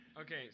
Okay